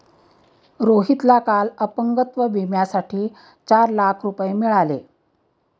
रोहितला काल अपंगत्व विम्यासाठी चार लाख रुपये मिळाले